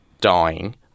dying